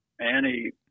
annie